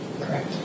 Correct